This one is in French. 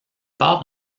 part